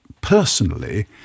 personally